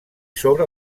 sobre